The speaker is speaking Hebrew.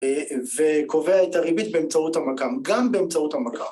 וקובע את הריבית באמצעות המק"מ, גם באמצעות המק"מ.